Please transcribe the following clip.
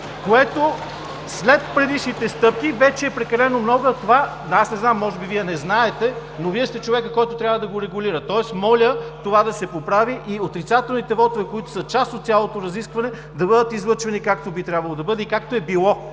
След предишните стъпки това е прекалено много. Може би Вие не знаете, но Вие сте човекът, който трябва да го регулира. Моля това да се поправи и отрицателните вотове, които са част от цялото разискване, да бъдат излъчвани, както би трябвало да бъде и както е било